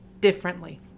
differently